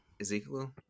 Ezekiel